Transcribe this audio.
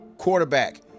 quarterback